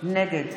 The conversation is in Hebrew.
נגד